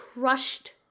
crushed